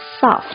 soft